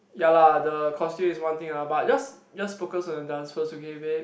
ya lah the costume is one thing ah but just just focus on your dance first okay babe